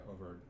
over